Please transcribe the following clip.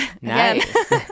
Nice